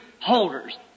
holders